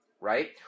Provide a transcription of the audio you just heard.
right